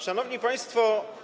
Szanowni Państwo!